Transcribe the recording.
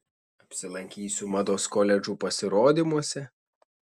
apsilankysiu mados koledžų pasirodymuose